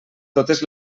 totes